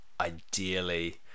ideally